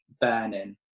burning